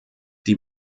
die